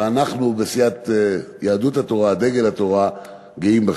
ואנחנו בסיעת יהדות התורה, דגל התורה, גאים בך.